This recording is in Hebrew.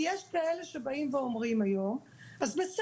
כי יש כאלה שבאים ואומרים היום - בסדר,